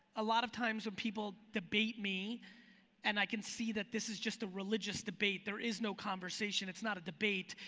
a lot of times when people debate me and i can just see that this is just a religious debate. there is no conversation. it's not a debate,